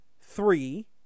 three